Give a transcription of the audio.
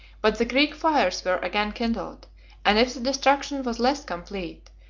but the greek fires were again kindled and if the destruction was less complete,